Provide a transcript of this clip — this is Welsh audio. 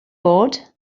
bod